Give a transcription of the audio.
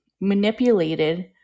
manipulated